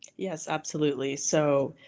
yes absolutely, so,